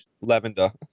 lavender